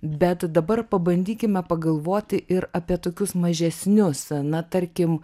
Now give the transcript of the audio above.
bet dabar pabandykime pagalvoti ir apie tokius mažesnius na tarkim